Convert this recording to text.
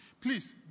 Please